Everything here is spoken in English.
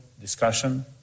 discussion